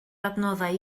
adnoddau